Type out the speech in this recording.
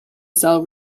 cell